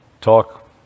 talk